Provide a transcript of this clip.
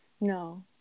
No